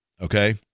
okay